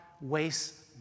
wastes